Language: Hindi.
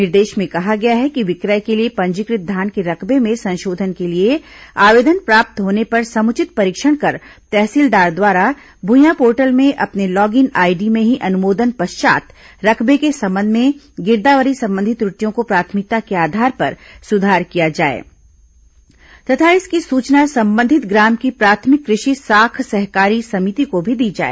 निर्देश में कहा गया है कि विक्रय के लिए पंजीकृत धान के रकबे में संशोधन के लिए आवेदन प्राप्त होने पर समुचित परीक्षण कर तहसीलदार द्वारा भूईयां पोर्टल में अपने लॉगिन आईडी में ही अनुमोदन पश्चात रकबे के संबंध में गिरदावरी संबंधी त्रुटियों को प्राथमिकता के आधार पर सुधार किया जाए तथा इसकी सूचना संबंधित ग्राम की प्राथमिक कृषि साख सहकारी समिति को भी दी जाए